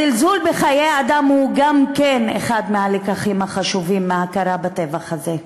הזלזול בחיי אדם גם הוא אחד הלקחים החשובים של ההכרה בטבח הזה,